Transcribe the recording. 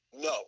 No